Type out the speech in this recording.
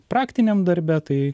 praktiniam darbe tai